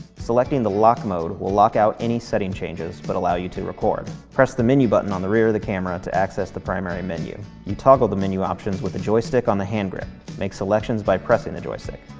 selecting the lock mode will lock out any setting changes, but allow you to record. press the menu button on the rear of the camera to access the primary menu. you toggle the menu options with the joystick on the hand grip make selections by pressing the joystick.